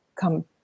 come